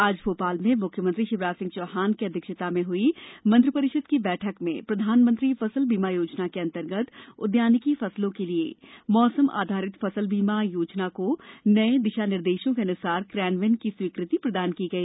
आज भोपाल में मुख्यमंत्री शिवराज सिंह चौहान की अध्यक्षता में हुई मंत्रि परिषद की बैठक में प्रधानमंत्री फसल बीमा योजना के अन्तर्गत उद्यानिकी फसलों के लिए मौसम आधारित फसल बीमा योजना को नये दिशा निर्देशों के अनुसार क्रियान्वयन की स्वीकृति प्रदान की गई